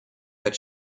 that